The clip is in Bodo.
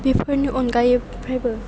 बेफोरनि अनगायैबो